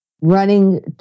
running